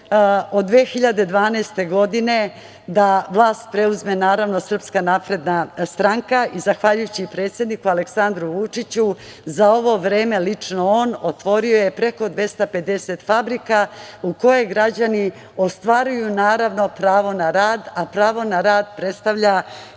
od 2012. godine da vlast preuzme naravno SNS i zahvaljujući predsedniku Aleksandru Vučiću za ovo vreme lično on otvorio je preko 250 fabrika u koje građani ostvaruju pravo na rad, a pravo na rad predstavlja